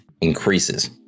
increases